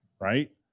right